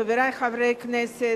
חברי חברי הכנסת,